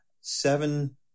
seven